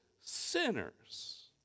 sinners